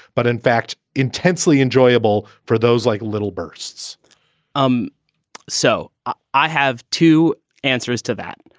but in fact intensely enjoyable for those like little bursts um so i have two answers to that.